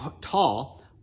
tall